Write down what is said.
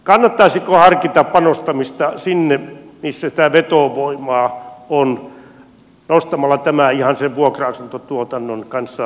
kannattaisiko harkita panostamista sinne missä sitä vetovoimaa on nostamalla tämä ihan sen vuokra asuntotuotannon kanssa tasavertaiseksi